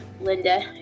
Linda